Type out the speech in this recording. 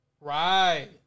Right